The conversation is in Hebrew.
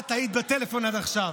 את היית בטלפון עד עכשיו.